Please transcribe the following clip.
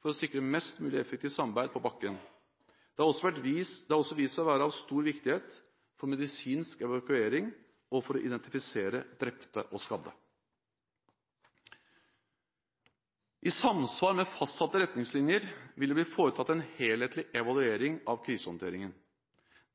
for å sikre mest mulig effektivt samarbeid på bakken. Det har også vist seg å være av stor viktighet for medisinsk evakuering og for å identifisere drepte og skadde. I samsvar med fastsatte retningslinjer vil det bli foretatt en helhetlig evaluering av krisehåndteringen.